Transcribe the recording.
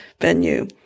venue